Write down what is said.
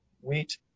Wheat